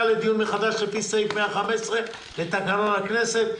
לדיון מחדש לפי סעיף 115 לתקנון הכנסת,